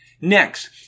Next